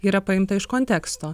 yra paimta iš konteksto